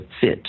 fit